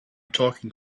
talking